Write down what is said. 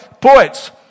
poets